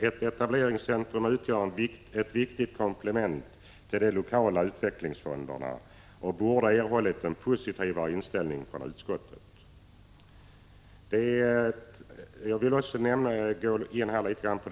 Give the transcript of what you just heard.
Ett etableringscentrum utgör ett viktigt komplement till de lokala utvecklingsfonderna, varför förslaget borde ha fått en mera positiv behandling av utskottet.